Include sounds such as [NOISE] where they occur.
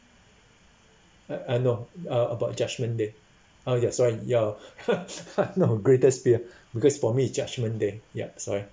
uh I know uh about judgment day oh no sorry your [LAUGHS] greatest fear [BREATH] because for me it's judgment day sorry